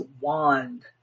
wand